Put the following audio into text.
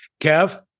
Kev